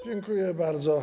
Dziękuję bardzo.